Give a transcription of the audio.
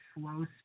slow